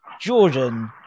Jordan